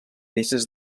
peces